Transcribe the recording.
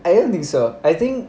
I don't think so I think